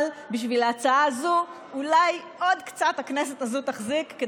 אבל בשביל ההצעה הזאת אולי הכנסת הזאת תחזיק עוד קצת,